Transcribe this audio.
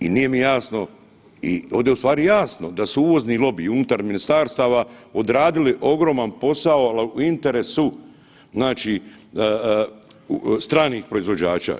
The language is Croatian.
I nije mi jasno i ovdje je u stvari jasno da su uvozni lobiji unutar ministarstava odradili ogroman posao, al u interesu znači stranih proizvođača.